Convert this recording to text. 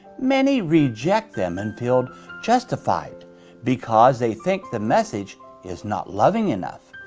many reject them and feel justified because they think the message is not loving enough.